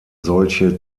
solche